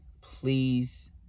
please